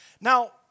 Now